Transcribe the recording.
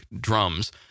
drums